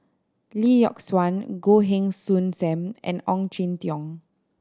Lee Yock Suan Goh Heng Soon Sam and Ong Jin Teong